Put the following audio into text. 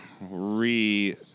re-